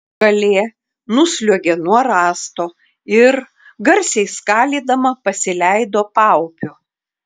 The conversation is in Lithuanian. kalė nusliuogė nuo rąsto ir garsiai skalydama pasileido paupiu